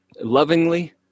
lovingly